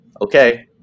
okay